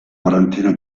quarantina